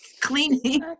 cleaning